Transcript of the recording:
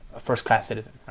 first-class that is,